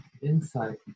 insight